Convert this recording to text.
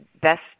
Best